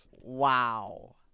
Wow